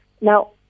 Now